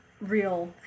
real